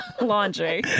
laundry